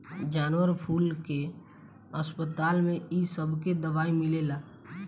जानवर कुल के अस्पताल में इ सबके दवाई मिलेला